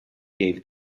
gave